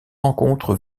rencontre